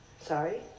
sorry